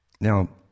Now